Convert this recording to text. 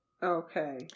Okay